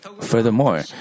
Furthermore